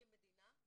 כמדינה,